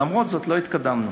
ולמרות זאת לא התקדמנו.